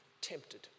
tempted